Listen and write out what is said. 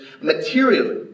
materially